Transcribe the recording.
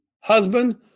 husband